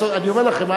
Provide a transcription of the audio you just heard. אני אומר לכם.